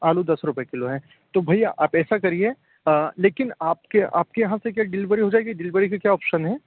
आलू दस रुपये किलो हैं तो भैया आप ऐसा करिए लेकिन आपके आपके यहाँ से क्या डिलीवरी हो जाएगी डिलीवरी के क्या ऑप्शन है